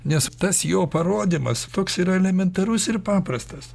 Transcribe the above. nes tas jo parodymas toks yra elementarus ir paprastas